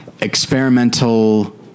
experimental